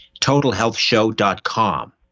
Totalhealthshow.com